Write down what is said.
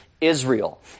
Israel